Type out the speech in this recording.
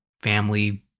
family